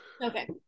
Okay